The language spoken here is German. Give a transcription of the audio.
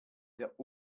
der